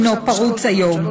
הוא פרוץ היום.